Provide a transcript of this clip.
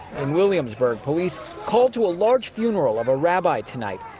and williamsburg, police called to a large funeral of a rabbi tonight.